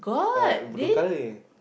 uh blue colour